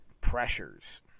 pressures